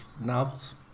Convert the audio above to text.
novels